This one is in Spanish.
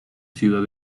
ciudad